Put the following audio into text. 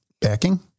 backing